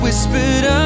Whispered